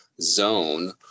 zone